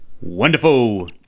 wonderful